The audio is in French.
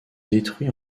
détruit